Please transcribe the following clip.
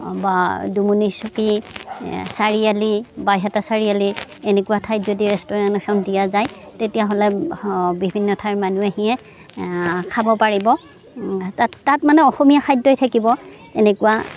বা ডুমুনীচকী চাৰিআলি বাইহাটা চাৰিআলি এনেকুৱা ঠাইত যদি ৰেষ্টুৰেণ্ট এখন দিয়া যায় তেতিয়া হ'লে বিভিন্ন ঠাইৰ মানুহে আহি খাব পাৰিব তাত তাত মানে অসমীয়া খাদ্যই থাকিব এনেকুৱা